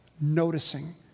noticing